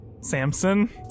Samson